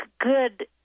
good